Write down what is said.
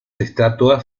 estatuas